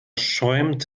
schäumt